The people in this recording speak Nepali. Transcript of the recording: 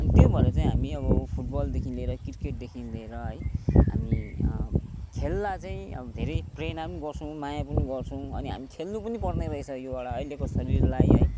अनि त्यो भएर चाहिँ हामी अब फुटबलदेखि लिएर क्रिकेटदेखि लिएर है हामी खेललाई चाहिँ अब धेरै प्रेरणा पनि गर्छौँ माया पनि गर्छौँ अनि हामी खेल्नु पनि पर्ने रहेछ यो एउटा अहिलेकोको शरीरलाई है